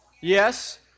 Yes